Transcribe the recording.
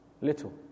little